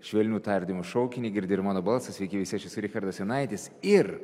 švelnių tardymų šaukinį girdi ir mano balsą sveiki visi aš esu richardas jonaitis ir